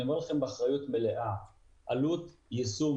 אני אומר לכם באחריות מלאה שעלות יישום